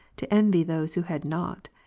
to envy those who had not.